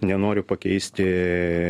nenoriu pakeisti